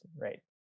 right